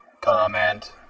Comment